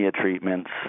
treatments